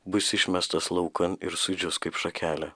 bus išmestas laukan ir sudžius kaip šakelė